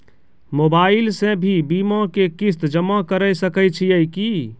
Mobile से भी बीमा के किस्त जमा करै सकैय छियै कि?